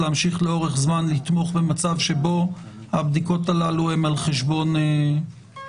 אתקשה להמשיך לאורך זמן לתמוך במצב שבו הבדיקות הללו הן על חשבון העובד.